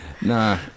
Nah